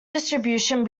distribution